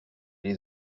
les